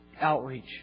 outreach